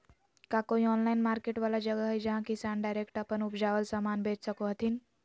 का कोई online market वाला जगह हइ जहां किसान डायरेक्ट अप्पन उपजावल समान बेच सको हथीन?